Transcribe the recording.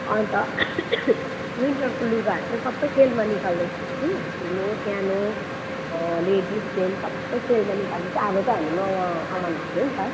अन्त विन्टरको लुगाहरू चाहिँ सबै सेलमा निकाल्दैछु कि ठुलो सानो लेडिज जेन्ट्स सबै सेलमा निकाल्दैछु अब चाहिँ हामी नयाँ सामान हाल्ने नि त